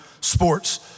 sports